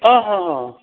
অ অ অ